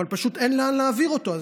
אבל פשוט אין לאן להעביר אותו.